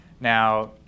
Now